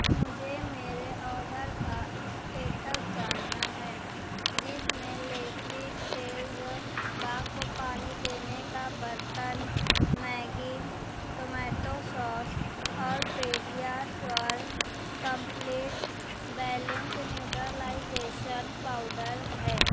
مجھے میرے آرڈر کا اسٹیٹس جاننا ہے جس میں لیفی ٹیلز باغ کو پانی دینے کا برتن میگی ٹومیٹو سوس اور PediaSure complete balanced neutralization powder ہے